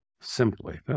simply